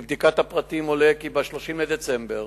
מבדיקת הפרטים עולה כי ב-30 בדצמבר,